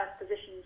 positions